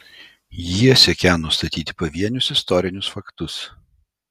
jie siekią nustatyti pavienius istorinius faktus